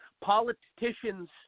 politicians